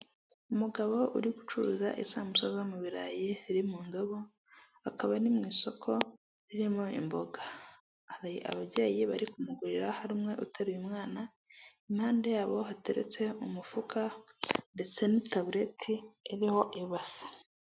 Umugabo uri gucuruza isambusa zo mu burayi, ziri mu ndobo, akaba ari mu isoko ririmo imboga, hari ababyeyi bari kumugurira hari umwe utaruye umwana, impande yabo hateretse umufuka ndetse n'itabureti iriho ibase.